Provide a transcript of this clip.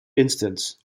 instance